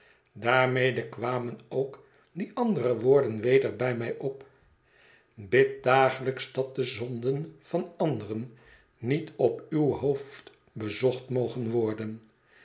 daarmede kwamen ook die andere woorden weder bij mij op bid dagelijks dat de zonden van anderen niet op uw hoofd bezocht mogen worden